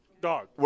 Dog